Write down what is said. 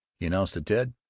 he announced to ted,